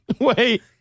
Wait